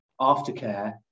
aftercare